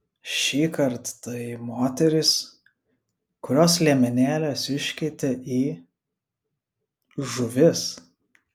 šįkart tai moterys kurios liemenėles iškeitė į žuvis